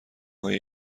های